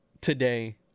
today